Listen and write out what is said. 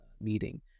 meeting